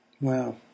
Wow